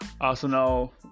Arsenal